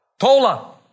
Tola